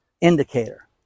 indicator